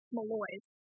Malloy's